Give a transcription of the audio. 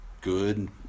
good